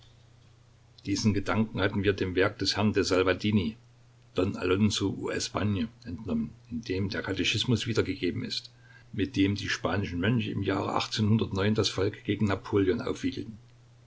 diesen gedanken hatten wir dem werke des herrn de salvandi don alonso ou l'espagne entnommen in dem der katechismus wiedergegeben ist mit dem die spanischen mönche im jahre das volk gegen napoleon aufwiegelten